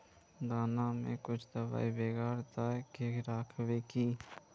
दाना में कुछ दबाई बेगरा दय के राखबे की?